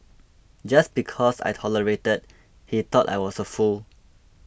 just because I tolerated that he thought I was a fool